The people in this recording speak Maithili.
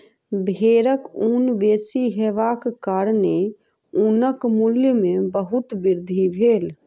भेड़क ऊन बेसी हेबाक कारणेँ ऊनक मूल्य में बहुत वृद्धि भेल